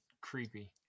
creepy